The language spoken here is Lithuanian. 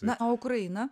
na o ukraina